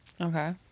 Okay